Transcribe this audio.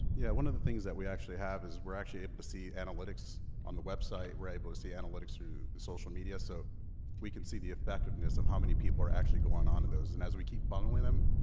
yeah one of the things that we actually have is, we're actually able to see analytics on the website, we're able to see analytics through the social media, so we can see the effectiveness of how many people are actually going on to those. and as we keep funneling them,